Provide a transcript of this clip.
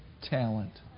talent